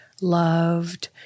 loved